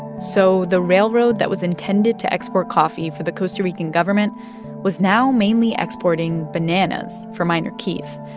so the railroad that was intended to export coffee for the costa rican government was now mainly exporting bananas for minor keith,